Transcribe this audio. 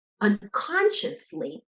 unconsciously